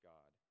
God